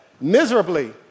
miserably